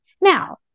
now